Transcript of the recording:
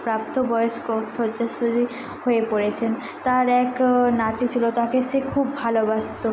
প্রাপ্তবয়েস্ক শয্যাশায়ী হয়ে পড়েছেন তার এক নাতি ছিলো তাকে সে খুব ভালোবাসতো